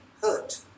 hurt